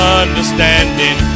understanding